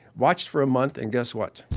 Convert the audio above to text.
watched for a month, and guess what?